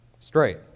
straight